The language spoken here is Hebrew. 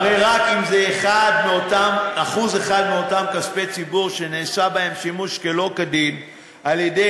הרי אם רק 1% מאותם כספי ציבור שנעשה בהם שימוש שלא כדין על-ידי